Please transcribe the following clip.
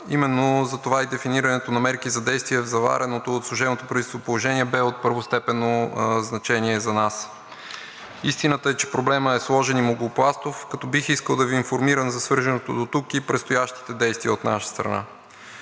именно затова и дефинирането на мерки за действия в завареното от служебното правителство положение бе от първостепенно значение за нас. Истината е, че проблемът е сложен и многопластов, като бих искал да Ви информирам за свършеното дотук и предстоящите действия от наша страна.